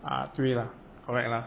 ah 对啦 correct lah